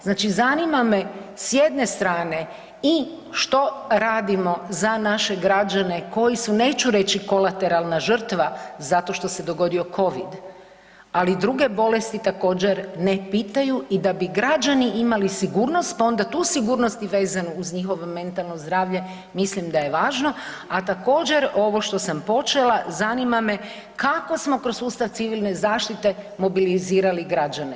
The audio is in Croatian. Znači zanima me s jedne strane i što radimo za naše građane koji su neću kolateralna žrtva zato što se dogodio Covid, ali druge bolesti također ne pitaju i da bi građani imali sigurnost, pa onda tu sigurnost i vezano uz njihovo mentalno zdravlje mislim da je važno, a također ovo što sam počela, zanima me kako smo kroz sustav civilne zaštite mobilizirali građane.